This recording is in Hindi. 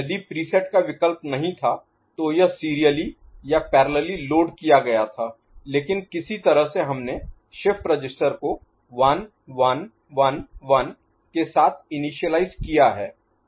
यदि प्रीसेट का विकल्प नहीं था तो यह सीरियली या पैरेलली लोड किया गया था लेकिन किसी तरह से हमने शिफ्ट रजिस्टर को 1 1 1 1 के साथ इनिशियलाईज किया है